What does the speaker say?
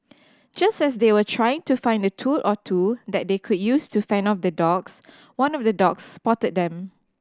just as they were trying to find a tool or two that they could use to fend off the dogs one of the dogs spotted them